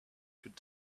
could